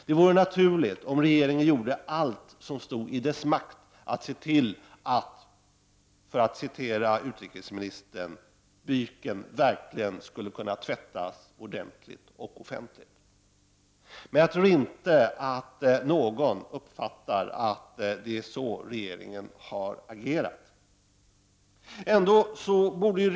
Det vore naturligt om regeringen gjorde allt som stod i dess makt för att se till att byken verkligen tvättas ordentligt och offentligt, för att citera utrikesministern. Men jag tror inte att någon uppfattar att det är på det sättet regeringen har agerat.